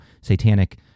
satanic